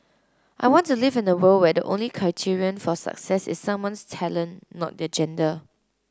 I want to live in a world where the only criterion for success is someone's talent not their gender